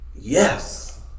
yes